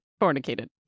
fornicated